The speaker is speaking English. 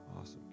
Awesome